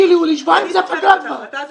אני זוכרת את ההחלטה הזאת,